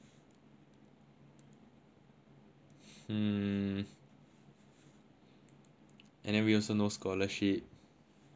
hmm and then we also no scholarship